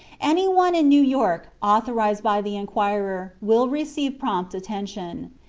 any one in new york, authorized by the enquirer, will receive prompt attention.